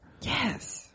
Yes